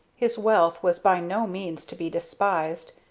his wealth was by no means to be despised,